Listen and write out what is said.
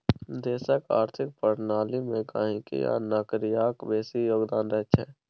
देशक आर्थिक प्रणाली मे गहिंकी आ नौकरियाक बेसी योगदान रहैत छै